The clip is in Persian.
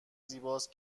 زیباست